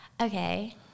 Okay